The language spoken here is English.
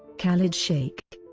khalid sheikh,